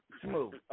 smooth